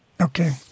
Okay